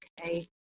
okay